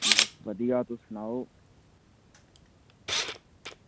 बस बधिया तुस सनाओ